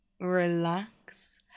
relax